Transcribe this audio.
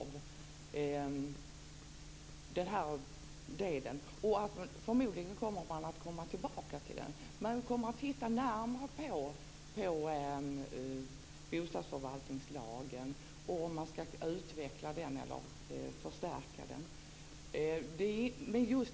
Förmodligen kommer man att komma tillbaks till frågan. Man kommer att titta närmare på bostadsförvaltningslagen och undersöka om den skall utvecklas eller förstärkas.